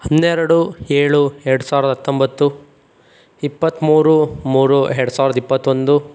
ಹನ್ನೆರಡು ಏಳು ಎರಡು ಸಾವಿರದ ಹತ್ತೊಂಬತ್ತು ಇಪ್ಪತ್ತ್ಮೂರು ಮೂರು ಎರಡು ಸಾವಿರದ ಇಪ್ಪತ್ತೊಂದು